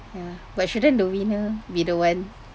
ya but shouldn't the winner be the one